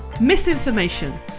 misinformation